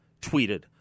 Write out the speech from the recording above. tweeted